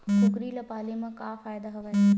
कुकरी ल पाले म का फ़ायदा हवय?